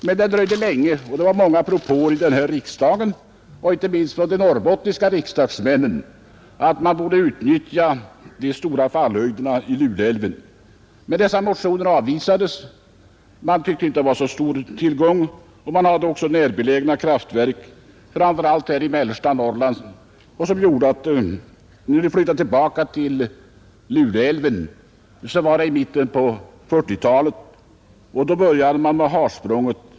Men det dröjde länge, och det gjordes många propåer i denna riksdag, inte minst från de norrbottniska riksdagsmännen, att man borde utnyttja de stora fallhöjderna i Luleälven. Dessa motioner avvisades dock. Man tyckte inte att Luleälven var någon större tillgång. Man hade också närbelägna kraftverk, framför allt i mellersta Norrland, som gjorde att man först i mitten på 1940-talet flyttade kraftverksbyggandet tillbaka till Luleälven. Då började man med Harsprånget.